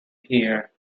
here